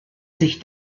sich